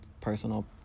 personal